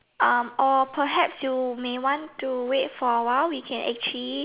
or perhaps you want to wait for a while we can actually